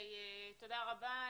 תודה רבה.